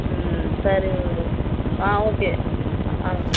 ம் சரிங்க ஆ ஓகே ஆ